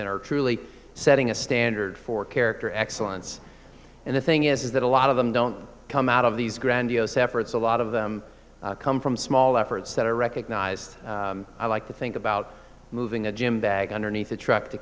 in are truly setting a standard for character excellence and the thing is that a lot of them don't come out of these grandiose efforts a lot of them come from small efforts that are recognized i like to think about moving a gym bag underneath a tr